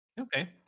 okay